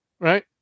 right